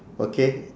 okay